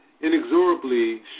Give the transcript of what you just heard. inexorably